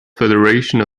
federation